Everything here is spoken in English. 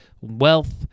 wealth